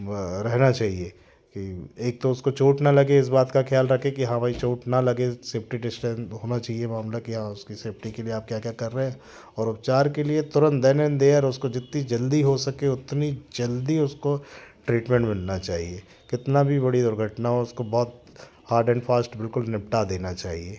रहना चाहिए एक तो उसको चोट ना लगे इस बात का ख्याल रखें कि हाँ भाई चोट ना लगे सेफ्टी डिस्टेंस होना चाहिए मामला किया उसकी सेफ्टी के लिए आप क्या क्या कर रहे हैं और उपचार के लिए तुरंत देन एंड देयर उसको जितनी जल्दी हो सके उतनी जल्दी उसको ट्रीटमेंट मिलना चाहिए कितना भी बड़ी दुर्घटना हो उसको बहुत हार्ड एंड फास्ट बिल्कुल निपटा देना चाहिए